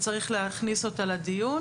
שיש להכניס אותה לדיון